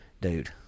dude